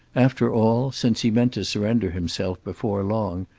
after all, since he meant to surrender himself before long,